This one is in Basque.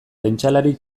pentsalari